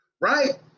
Right